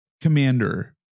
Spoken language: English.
commander